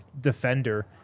defender